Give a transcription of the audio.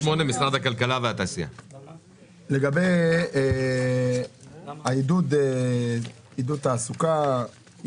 לגבי עידוד תעסוקה,